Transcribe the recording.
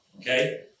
Okay